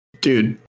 Dude